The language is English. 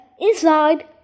inside